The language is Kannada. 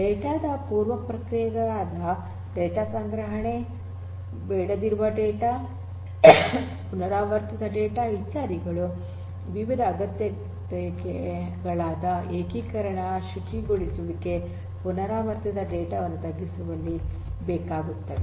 ಡೇಟಾ ದ ಪೂರ್ವ ಪ್ರಕ್ರಿಯೆಯಾದ ಡೇಟಾ ಸಂಗ್ರಹಣೆ ಬೇಡದಿರುವ ಡೇಟಾ ಪುರಾವರ್ತಿತ ಡೇಟಾ ಇತ್ಯಾದಿಗಳು ವಿವಿಧ ಅಗತ್ಯತೆಗಳಾದ ಏಕೀಕರಣ ಶುಚಿಗೊಳಿಸುವಿಕೆ ಪುರಾವರ್ತಿತ ಡೇಟಾ ವನ್ನು ತಗ್ಗಿಸುವಿಕೆಯಲ್ಲಿ ಬೇಕಾಗುತ್ತವೆ